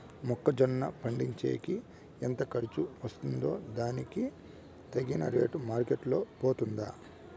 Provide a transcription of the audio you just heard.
మొక్క జొన్న పండించేకి ఎంత ఖర్చు వస్తుందో దానికి తగిన రేటు మార్కెట్ లో పోతుందా?